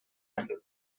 اندازد